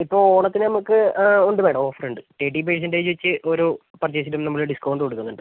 ഇപ്പോൾ ഓണത്തിന് നമുക്ക് ഉണ്ട് മാഡം ഓഫറുണ്ട് തെർറ്റീൻ പെർസെന്റജ് വെച്ച് ഓരോ പർച്ചേസിനും നമ്മൾ ഡിസ്കൗണ്ട് കൊടുക്കുന്നുണ്ട്